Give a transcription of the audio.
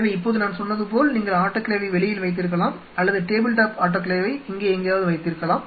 எனவே இப்போது நான் சொன்னது போல் நீங்கள் ஆட்டோகிளேவை வெளியில் வைத்திருக்கலாம் அல்லது டேபிள் டாப் ஆட்டோகிளேவை இங்கே எங்காவது வைத்திருக்கலாம்